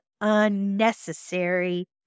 unnecessary